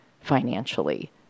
financially